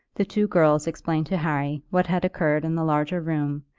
the two girls explained to harry what had occurred in the larger room,